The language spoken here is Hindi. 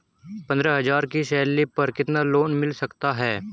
पंद्रह हज़ार की सैलरी पर कितना लोन मिल सकता है?